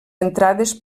entrades